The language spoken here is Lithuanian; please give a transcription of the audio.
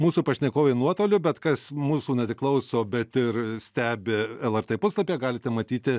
mūsų pašnekovė nuotoliu bet kas mūsų ne tik klauso bet ir stebi lrt puslapyje galite matyti